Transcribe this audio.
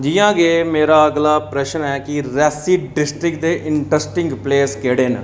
जि'यां गै मेरा अगला प्रश्न ऐ के रियासी डिस्टिक दे इंटरैस्टिंग प्लेस केह्ड़े न